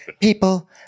people